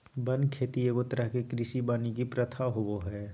वन खेती एगो तरह के कृषि वानिकी प्रथा होबो हइ